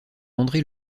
andré